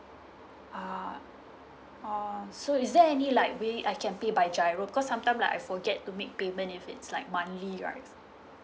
ah uh so is there any like way I can pay by giro because sometime like I forget to make payment if it's like monthly right